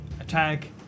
attack